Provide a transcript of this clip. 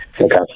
Okay